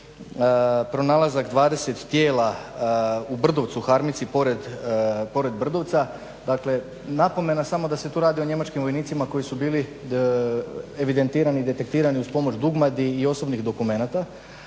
pronalazak 20 tijela u Brdovcu Harmici pored Brdovca, dakle napomena samo da se tu radi o njemačkim vojnicima koji su bili evidentirani i detektirani uz pomoć dugmadi i osobnih dokumenata.